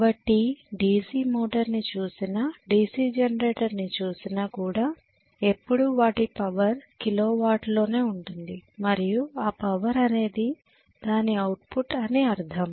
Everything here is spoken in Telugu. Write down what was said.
కాబట్టి DC మోటార్ ని చూసినా DC జనరేటర్ ని చూసినా కూడా ఎప్పుడూ వాటి పవర్ కిలోవాట్ లోనే ఉంటుంది మరియు ఆ పవర్ అనేది దాని అవుట్పుట్ అని అర్థం